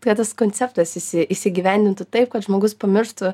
kad tas koncertas įsi įsigyvendintų taip kad žmogus pamirštų